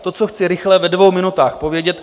To, co chci rychle ve dvou minutách povědět.